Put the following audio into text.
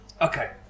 Okay